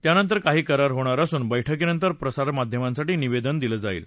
त्यानंतर काही करार होणार असून बैठकीनंतर प्रसारमाध्यमासाठी निवेदन दिलं जाईल